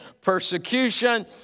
persecution